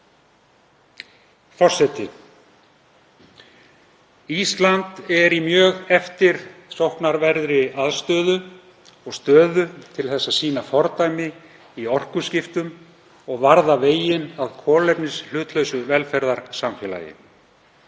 veiku. Ísland er í mjög eftirsóknarverðri stöðu til að sýna fordæmi í orkuskiptum og varða veginn að kolefnishlutlausu velferðarsamfélagi.